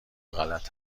غلط